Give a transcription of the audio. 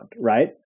right